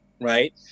Right